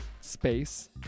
space